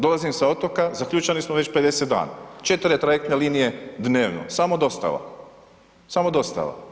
Dolazim sa otoka, zaključani smo već 50 dana, 4 trajektne linije dnevno, samo dostava, samo dostava.